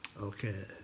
Okay